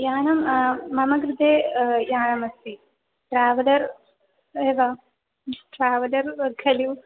यानं मम कृते यानमस्ति ट्रावलर् एव ट्रावलर् खलु